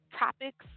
topics